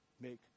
make